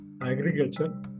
agriculture